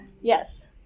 Yes